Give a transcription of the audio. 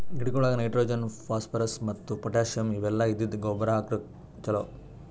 ಗಿಡಗೊಳಿಗ್ nitrogen, phosphorus ಮತ್ತ್ potassium ಇವೆಲ್ಲ ಇದ್ದಿದ್ದ್ ಗೊಬ್ಬರ್ ಹಾಕ್ರ್ ಛಲೋ